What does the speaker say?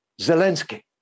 Zelensky